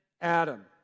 Adam